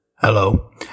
Hello